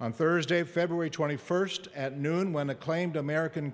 on thursday february twenty first at noon when acclaimed american